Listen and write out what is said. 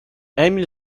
emil